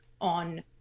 on